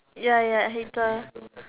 ya ya hater